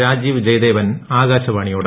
രാജീവ് ജയദേവൻ ആകാശവാണിയോട്